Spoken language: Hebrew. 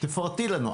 תפרטי לנו.